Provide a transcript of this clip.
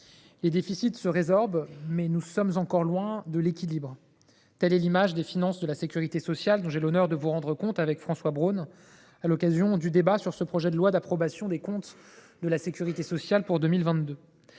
les déficits se résorbent, mais nous sommes encore loin de l’équilibre. Telle est l’image des finances de la sécurité sociale dont j’ai l’honneur de vous rendre compte, avec François Braun, à l’occasion du débat sur ce projet de loi d’approbation des comptes de la sécurité sociale pour 2022.